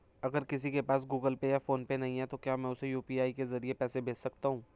अगर किसी के पास गूगल पे या फोनपे नहीं है तो क्या मैं उसे यू.पी.आई के ज़रिए पैसे भेज सकता हूं?